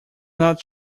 not